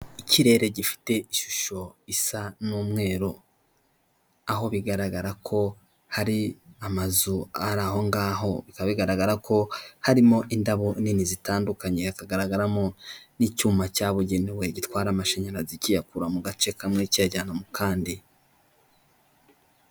Ikirere gifite ishusho isa n'umweru. Aho bigaragara ko hari amazu ari aho ngaho, bikaba bigaragara ko harimo indabo nini zitandukanye, hakagaragaramo n'icyuma cyabugenewe gitwara amashinyarazi kiyakura mu gace kamwe kiyajyana mu kandi.